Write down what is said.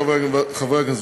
חברי הכנסת,